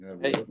Hey